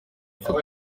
ifoto